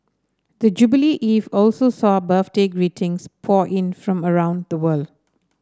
the jubilee eve also saw birthday greetings pour in from around the world